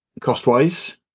cost-wise